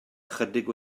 ychydig